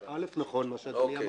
נכון מה שאדוני אמר.